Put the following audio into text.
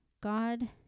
God